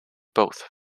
both